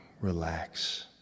Relax